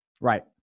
Right